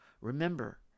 Remember